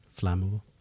flammable